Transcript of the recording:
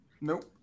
Nope